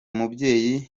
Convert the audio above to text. mubyeyi